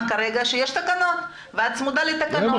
את אמרת כרגע שיש תקנות ואת צמודה לתקנות.